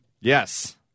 Yes